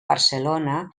barcelona